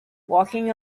walking